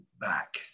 back